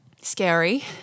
scary